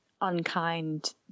unkind